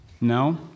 No